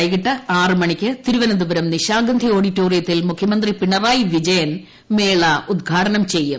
വൈകിട്ട് ആറിന് തിരുവനന്തപുരം നിശാഗന്ധി ഓഡിറ്റോറിയത്തിൽ മുഖ്യമന്ത്രി പിണറായി വിജയൻ മേള ഉദ്ഘാടനം ചെയ്യും